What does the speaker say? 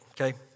okay